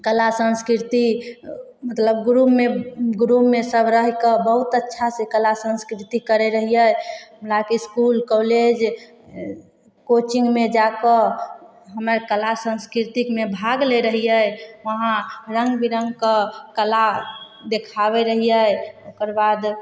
कला संस्कीर्ति मतलब ग्रूपमे ग्रूपमे सब रहैकऽ बहुत अच्छा से कला संस्कीर्ति करै रहियै हमरा आरके इसकुल कौलेज कोचिंगमे जाकऽ हमर कला संस्कीर्तिकमे भाग लै रहियै वहाँ रङ्ग बिरङ्गके कला देखाबै रहियै ओकर बाद